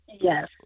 yes